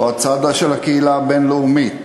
או הצד של הקהילה הבין-לאומית.